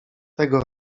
tego